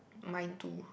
mine too